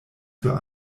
für